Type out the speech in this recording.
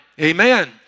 Amen